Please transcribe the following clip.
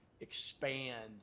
expand